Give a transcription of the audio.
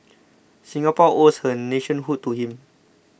Singapore owes her nationhood to him